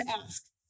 ask